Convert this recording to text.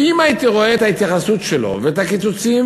ואם הייתי רואה את ההתייחסות שלו ואת הקיצוצים